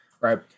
right